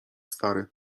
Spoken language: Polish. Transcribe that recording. stary